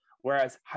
whereas